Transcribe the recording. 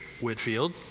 Whitfield